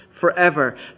forever